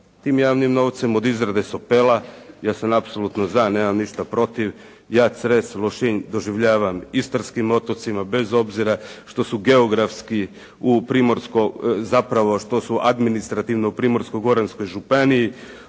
tim javnim novcem, od izrade sopela, ja sam apsolutno za, nemam ništa protiv. Ja Cres, Lošinj doživljavam istarskim otocima, bez obzira što su geografski u Primorsko, zapravo što su administrativno u Primorsko-goranskoj županiji.